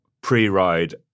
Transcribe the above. pre-ride